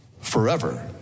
forever